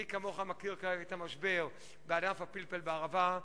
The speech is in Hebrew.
מי כמוך מכיר את המשבר בענף הפלפל בערבה,